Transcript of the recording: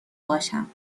باشم